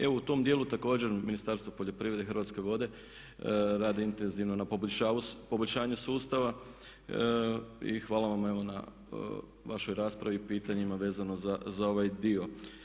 Evo u tom dijelu također Ministarstvo poljoprivrede, Hrvatske vode rade intenzivno na poboljšanju sustava i hvala vam evo na vašoj raspravi, pitanjima vezano za ovaj dio.